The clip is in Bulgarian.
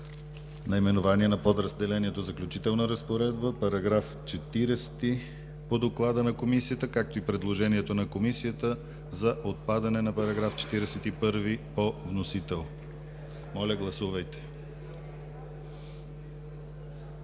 наименование на подразделението „Заключителна разпоредба“, § 40 по доклада на Комисията, както и предложението на Комисията за отпадане на § 41 по вносител. Гласували